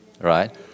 Right